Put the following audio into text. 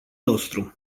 nostru